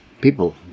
people